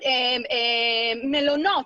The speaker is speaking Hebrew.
מלונות,